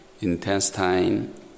intestine